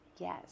Yes